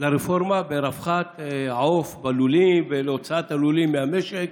לרפורמה ברווחת העוף בלולים ולהוצאת הלולים מהמשק,